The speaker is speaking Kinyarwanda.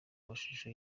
mashusho